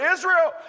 Israel